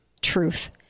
truth